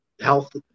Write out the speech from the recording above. health